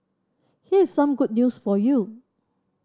here's some good news for you